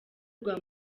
rwa